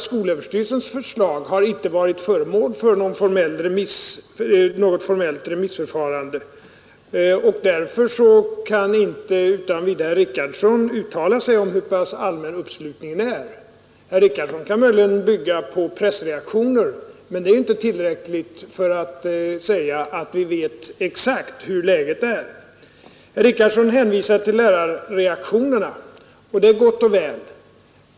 Skolöverstyrelsens förslag har inte varit föremål för något formellt remissförfarande, och därför kan herr Richardson inte utan vidare uttala sig om hur pass allmän uppslutningen är. Herr Richardson kan möjligen bygga på pressreaktioner, men det är inte tillräckligt för att säga att vi vet exakt hur läget är. Herr Richardson hänvisar till lärarreaktioner, och det är gott och väl.